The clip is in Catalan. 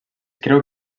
creu